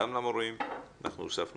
הצעה